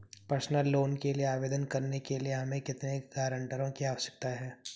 Personal loan के लिए आवेदन करने के लिए हमें कितने गारंटरों की आवश्यकता है?